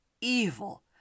evil